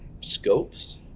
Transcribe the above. scopes